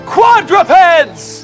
Quadrupeds